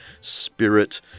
spirit